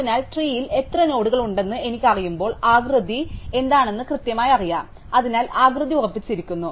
അതിനാൽ ട്രീയിൽ എത്ര നോഡുകൾ ഉണ്ടെന്ന് എനിക്കറിയുമ്പോൾ ആകൃതി എന്താണെന്ന് എനിക്ക് കൃത്യമായി അറിയാം അതിനാൽ ആകൃതി ഉറപ്പിച്ചിരിക്കുന്നു